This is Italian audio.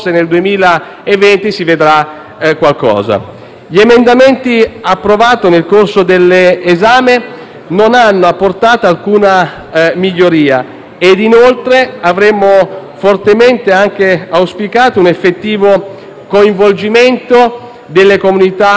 Gli emendamenti approvati nel corso dell'esame non hanno apportato alcuna miglioria. Inoltre, avemmo fortemente auspicato anche un effettivo coinvolgimento delle comunità locali, come